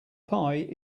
pie